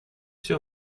все